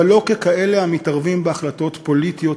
אבל לא ככאלה המתערבים בהחלטות פוליטיות,